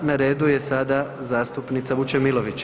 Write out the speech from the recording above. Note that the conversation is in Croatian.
Na redu je sada zastupnica Vučemilović.